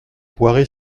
poiré